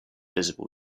visible